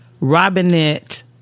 Robinette